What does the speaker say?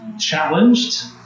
challenged